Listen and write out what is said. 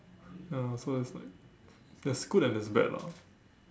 ya so it's like there's good and there's bad lah